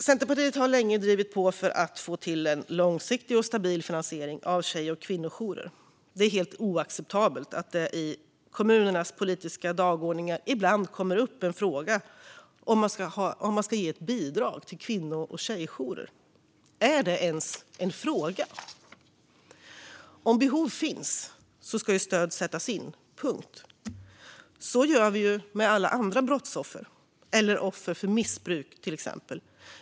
Centerpartiet har länge drivit på för att få till en långsiktig och stabil finansiering av tjej och kvinnojourer. Det är oacceptabelt att det i kommunernas politiska dagordningar ibland kommer upp en fråga om man ska ge ett bidrag till kvinno och tjejjourer. Är det ens en fråga? Om behov finns ska stöd sättas in. Punkt. Så gör vi med alla andra brottsoffer eller offer för missbruk till exempel.